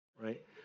right